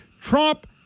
Trump